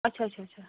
آچھا آچھا آچھا آچھا